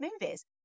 movies